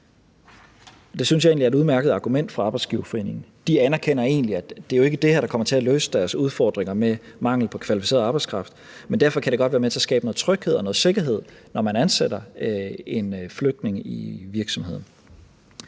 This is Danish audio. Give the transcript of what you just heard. Det synes jeg egentlig er et udmærket argument fra arbejdsgiverforeningen. De anerkender egentlig, at det jo ikke er det her, der kommer til at løse deres udfordringer med mangel på kvalificeret arbejdskraft, men at det derfor godt kan være med til at skabe noget tryghed og noget sikkerhed, når man ansætter en flygtning i virksomheden.